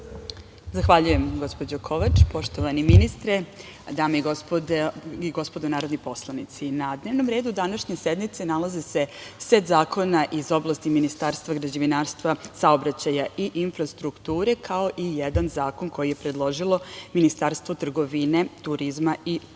Zahvaljuje, gospođo Kovač. Poštovani ministre, dame i gospodo narodni poslanici, na dnevnom redu današnje sednice nalazi se set zakona iz oblasti Ministarstva građevinarstva, saobraćaja i infrastrukture, kao i jedan zakon koje je predložilo Ministarstvo trgovine, turizma i